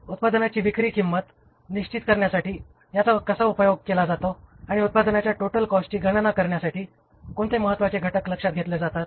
उत्पादनाची विक्री किंमत निश्चित करण्यासाठी याचा कसा उपयोग केला जातो आणि उत्पादनाच्या टोटल कॉस्टची गणना करण्यासाठी कोणते महत्त्वाचे घटक लक्षात घेतले जातात